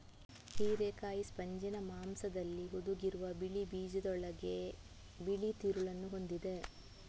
ಹಿರೇಕಾಯಿ ಸ್ಪಂಜಿನ ಮಾಂಸದಲ್ಲಿ ಹುದುಗಿರುವ ಬಿಳಿ ಬೀಜಗಳೊಂದಿಗೆ ಬಿಳಿ ತಿರುಳನ್ನ ಹೊಂದಿದೆ